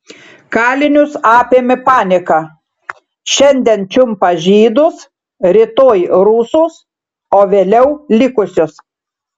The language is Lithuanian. kalinius apėmė panika šiandien čiumpa žydus rytoj rusus o vėliau likusius